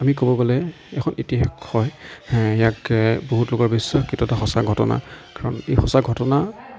আমি ক'ব গ'লে এখন ইতিহাস হয় ইয়াক বহুত লোকৰ বিশ্বাস এটা সঁচা ঘটনা কাৰণ এই সঁচা ঘটনা